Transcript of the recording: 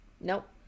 Nope